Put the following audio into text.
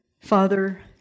Father